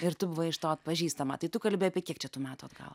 ir tu buvai iš to atpažįstama tai tu kalbi apie kiek čia tų metų atgal